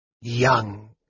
Young